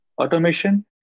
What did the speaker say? automation